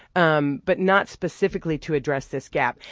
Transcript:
um but not specifically to address this gap.